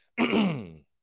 Okay